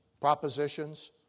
propositions